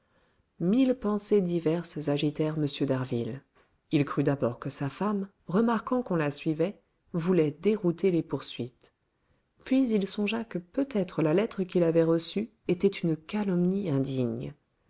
mille pensées diverses agitèrent m d'harville il crut d'abord que sa femme remarquant qu'on la suivait voulait dérouter les poursuites puis il songea que peut-être la lettre qu'il avait reçue était une calomnie indigne